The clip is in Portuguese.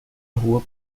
rua